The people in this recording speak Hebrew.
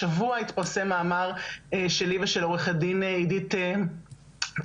השבוע התפרסם מאמר שלי ושל עורכת הדין עידית צימרמן,